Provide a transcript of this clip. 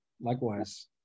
Likewise